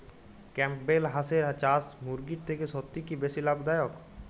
Campbell হাঁসের চাষ মুরগির থেকে সত্যিই কি বেশি লাভ দায়ক?